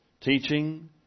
Teaching